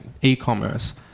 e-commerce